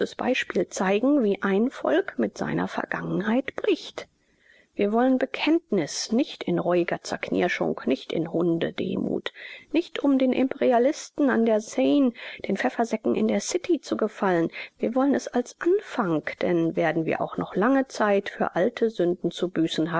beispiel zeigen wie ein volk mit seiner vergangenheit bricht wir wollen bekenntnis nicht in reuiger zerknirschung nicht in hundedemut nicht um den imperialisten an der seine den pfeffersäcken in der city zu gefallen wir wollen es als anfang denn werden wir auch noch lange zeit für alte sünden zu büßen